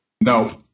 No